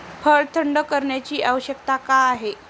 फळ थंड करण्याची आवश्यकता का आहे?